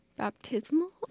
Baptismal